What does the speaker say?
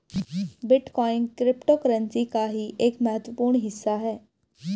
bitcoin cryptocurrency का ही एक महत्वपूर्ण हिस्सा है